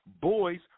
boys